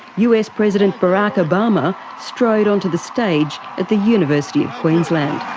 us president barak obama strode onto the stage at the university of queensland.